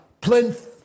plinth